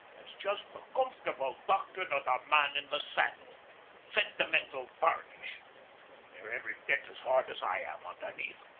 it's just the comfortable doctrine of the man in the saddle sentimental varnish. ye're every bit as hard as i am, underneath.